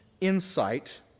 insight